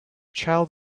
child